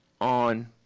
on